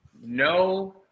No